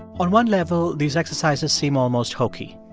on one level, these exercises seem almost hokey.